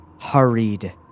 hurried